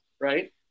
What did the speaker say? right